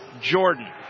Jordan